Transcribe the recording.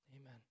Amen